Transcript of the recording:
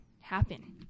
happen